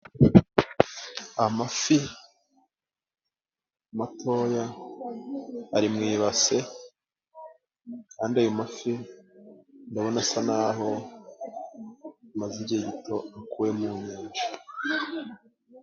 Amafi matoya ari mu ibase, kandi ayo mafi ndabona asa naho amaze igihe gito akuwe mu nyanja.